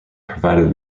provided